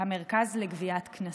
המרכז לגביית קנסות.